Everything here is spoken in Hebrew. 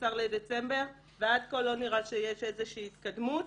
בדצמבר ועד כה לא נראה שיש איזושהי התקדמות.